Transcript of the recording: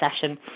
session